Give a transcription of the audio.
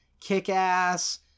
Kick-Ass